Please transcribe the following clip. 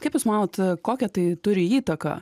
kaip jūs manot kokią tai turi įtaką